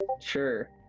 sure